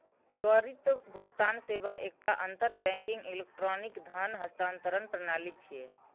त्वरित भुगतान सेवा एकटा अंतर बैंकिंग इलेक्ट्रॉनिक धन हस्तांतरण प्रणाली छियै